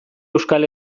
euskal